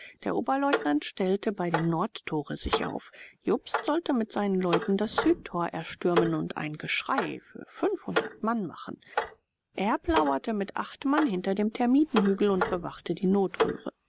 der oberleutnant stellte bei dem nordtore sich auf jobst sollte mit seinen leuten das südtor erstürmen und ein geschrei für hundert mann machen erb lauerte mit acht mann hinter dem termitenhügel und bewachte die notröhre